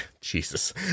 Jesus